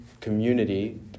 community